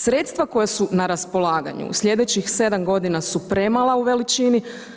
Sredstva koja su na raspolaganju u sljedećih 7 godina su premala u veličini.